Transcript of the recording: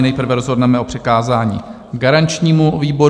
Nejprve rozhodneme o přikázání garančnímu výboru.